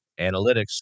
Analytics